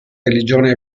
religione